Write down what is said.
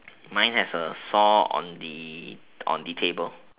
mine has a saw on the on the table